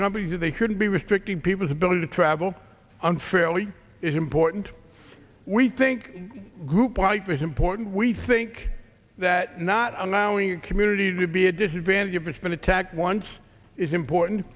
companies that they shouldn't be restricting people's ability to travel unfairly is important we think group life is important we think that not allowing a community to be a disadvantage of respond attack once is important